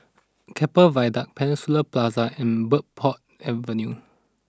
Keppel Viaduct Peninsula Plaza and Bridport Avenue